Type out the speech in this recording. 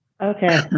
Okay